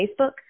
Facebook